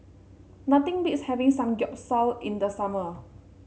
nothing beats having Samgeyopsal in the summer